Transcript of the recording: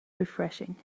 refreshing